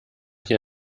hier